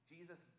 Jesus